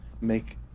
Make